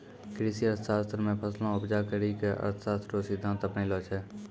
कृषि अर्थशास्त्र मे फसलो उपजा करी के अर्थशास्त्र रो सिद्धान्त अपनैलो छै